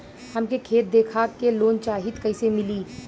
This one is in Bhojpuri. हमके खेत देखा के लोन चाहीत कईसे मिली?